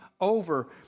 over